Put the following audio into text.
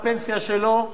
לקופה הציבורית.